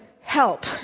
help